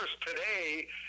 today